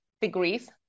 degrees